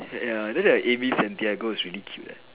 ya then the Amy-Santiago is really cute ah